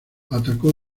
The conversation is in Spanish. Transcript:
atacó